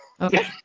Okay